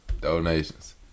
donations